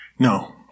No